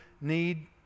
need